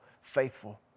faithful